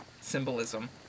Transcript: symbolism